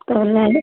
तऽ